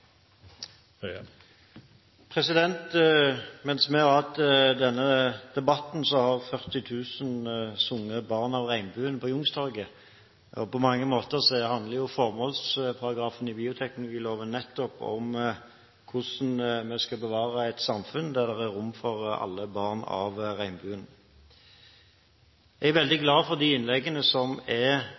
Mens vi har hatt denne debatten, har 40 000 sunget «Barn av regnbuen» på Youngstorget. På mange måter handler jo formålsparagrafen i bioteknologiloven nettopp om hvordan vi skal bevare et samfunn der det er rom for alle barn av regnbuen. Jeg er veldig glad for de innleggene som er